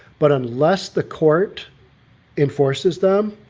but unless the court enforces them,